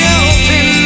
open